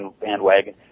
bandwagon